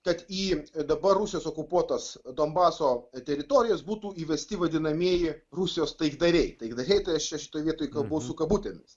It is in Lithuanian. kad į dabar rusijos okupuotas donbaso teritorijas būtų įvesti vadinamieji rusijos taikdariai taikdariai tai aš čia šitoj vietoj buvo su kabutėmis